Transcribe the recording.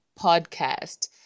Podcast